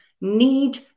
need